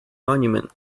monument